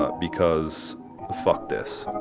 ah because fuck this,